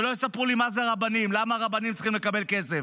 שלא יספרו לי מה זה רבנים ולמה רבנים צריכים לקבל כסף.